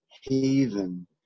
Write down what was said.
haven